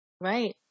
right